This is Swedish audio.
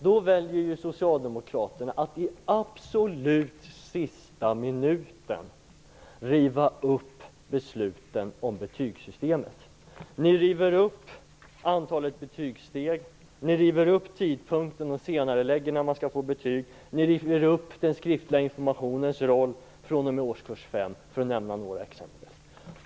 Då väljer Socialdemokraterna att i absolut sista minuten riva upp besluten om betygssystemet. Ni river upp beslutet om antalet betygssteg, ni river upp beslutet om tidpunkten och senarelägger när eleverna skall få betyg och ni river upp beslutet om den skriftliga informationens roll fr.om. årskurs 5, för att nämna några exempel.